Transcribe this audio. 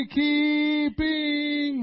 keeping